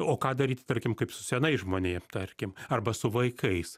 o ką daryt tarkim kaip su senais žmonėm tarkim arba su vaikais